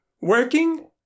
Working